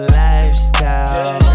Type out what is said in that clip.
lifestyle